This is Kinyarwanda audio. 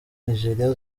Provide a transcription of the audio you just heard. nigeria